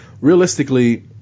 realistically